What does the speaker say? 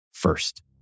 first